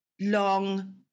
long